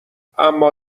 اما